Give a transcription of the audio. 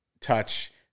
touch